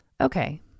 Okay